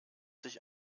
sich